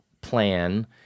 plan